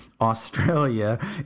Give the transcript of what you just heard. australia